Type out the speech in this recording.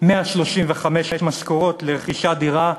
135 משכורות לרכישת דירה,